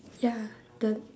ya the